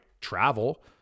travel